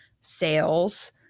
sales